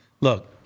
look